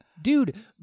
Dude